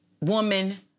woman